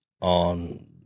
on